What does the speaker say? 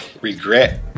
regret